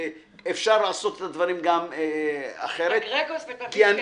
את הגרגוס אתה יכול להביא לבד.